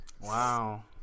Wow